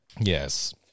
Yes